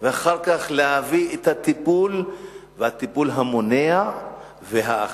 ואחר כך להביא את הטיפול, הטיפול המונע והאכיפה.